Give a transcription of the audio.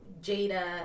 Jada